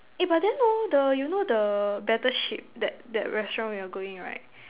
eh but then hor the you know the Battle Ship that that restaurant you're going right